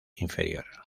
inferior